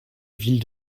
ville